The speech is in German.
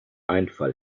einfall